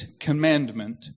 commandment